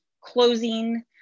closing